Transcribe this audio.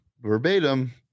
verbatim